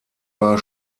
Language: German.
war